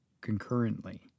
concurrently